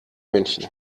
münchen